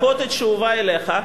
ה"קוטג'" שהובא אליך,